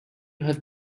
have